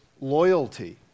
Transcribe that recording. loyalty